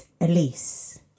Elise